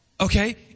Okay